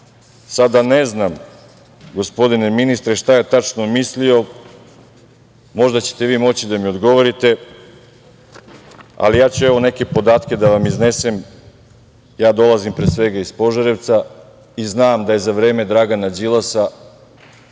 vlasti. Ne znam, gospodine ministre, šta je tačno mislio. Možda ćete vi moći da mi odgovorite, ali ja ću neke podatke da vam iznesem. Ja dolazim, pre svega, iz Požarevca i znam da je za vreme Dragana Đilasa